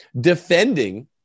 defending